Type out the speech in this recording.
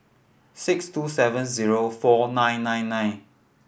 six two seven zero four nine nine nine